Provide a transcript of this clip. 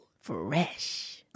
Fresh